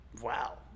Wow